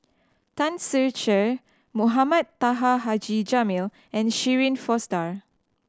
Tan Ser Cher Mohamed Taha Haji Jamil and Shirin Fozdar